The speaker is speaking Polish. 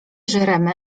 żremy